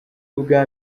ubwa